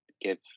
give